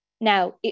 Now